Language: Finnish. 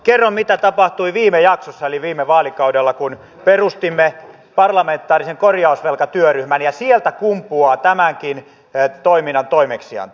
kerron mitä tapahtui viime jaksossa eli viime vaalikaudella kun perustimme parlamentaarisen korjausvelkatyöryhmän ja sieltä kumpuaa tämänkin toiminnan toimeksianto